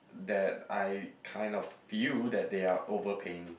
that I kind of view that they are overpaying